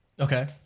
Okay